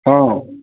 ହଁ